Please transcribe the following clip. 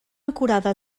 acurada